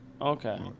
Okay